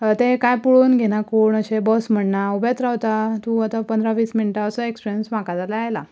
हे ते कांय पळोवन घेयना कोण अशे बस म्हणना उबेंत रावता तूं आतां पंदरा वीस मिनटां असो एक्सपिरियन्स म्हाका जाल्यार आयला